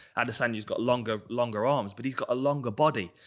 adesanya's got longer longer arms, but he's got a longer body.